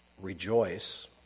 rejoice